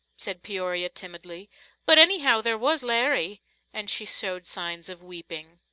said peoria, timidly but, anyhow, there was larry and she showed signs of weeping.